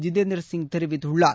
ஜிதேந்திரசிங் தெரிவித்துள்ளார்